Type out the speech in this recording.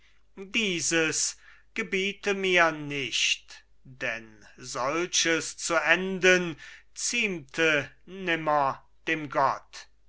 dieses gebiete mir nicht denn solches zu enden ziemte nimmer dem